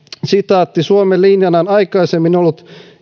suomen linjana on aikaisemmin ollut